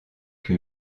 que